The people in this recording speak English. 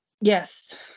Yes